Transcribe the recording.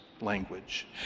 language